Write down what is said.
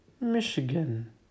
Michigan